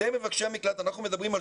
אנחנו מדברים על